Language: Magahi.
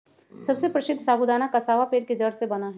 सबसे प्रसीद्ध साबूदाना कसावा पेड़ के जड़ से बना हई